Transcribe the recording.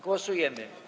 Głosujemy.